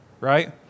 Right